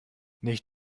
nicht